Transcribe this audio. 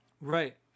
Right